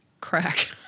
crack